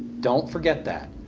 don't forget that.